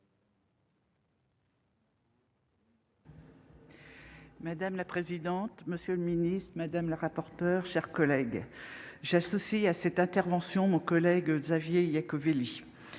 Madame la présidente, monsieur le secrétaire d'État, mes chers collègues, j'associe à cette intervention mon collègue Xavier Iacovelli.